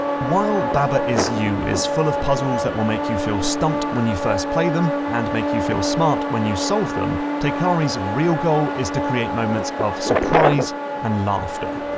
while baba is you is full of puzzles that will make you feel stumped when you first play them, and make you feel smart when you solve them, teikari's real goal is to create moments of surprise and laughter.